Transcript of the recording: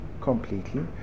completely